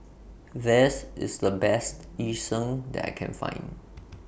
This IS The Best Yu Sheng that I Can Find